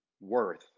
worth